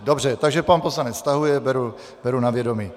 Dobře, takže pan poslanec stahuje, beru na vědomí.